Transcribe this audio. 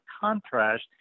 contrast